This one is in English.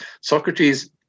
Socrates